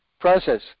process